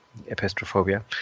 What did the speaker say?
Epistrophobia